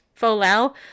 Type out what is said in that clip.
Folau